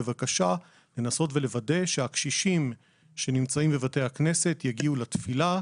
בבקשה לנסות ולוודא שהקשישים שנמצאים בבתי הכנסת יגיעו לתפילה,